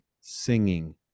singing